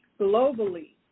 Globally